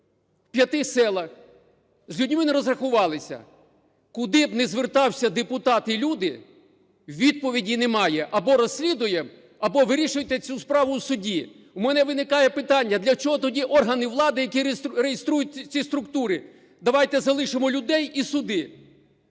п'яти селах, з людьми не розрахувалися. Куди б не звертався депутат і люди, відповіді немає: або розслідуємо, або вирішуйте цю справу в суді. У мене виникає питання, а для чого тоді органи влади, які реєструють ці структури? Давайте залишимо людей і суди.